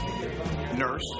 Nurse